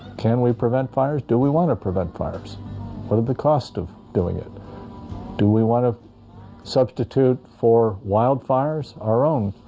can we prevent fires do we want to prevent fires? what are the cost of doing it do we want to substitute for wildfires our own?